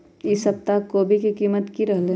ई सप्ताह कोवी के कीमत की रहलै?